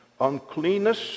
uncleanness